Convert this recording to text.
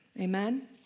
Amen